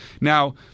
Now